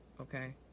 okay